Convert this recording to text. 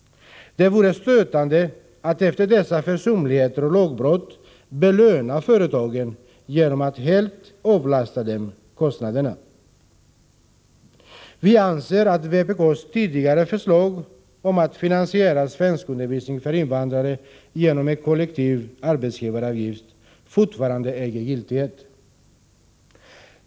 Det vore stötande att efter dessa försumligheter och lagbrott belöna företagen genom att helt avlasta dem kostnaderna. Vi anser att vpk:s tidigare förslag om att finansiera svenskundervisningen för invandrare genom en kollektiv arbetsgivaravgift fortfarande är aktuellt.